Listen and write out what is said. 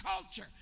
culture